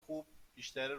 خوب، بیشتر